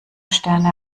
sterne